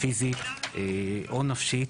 פיזית או נפשית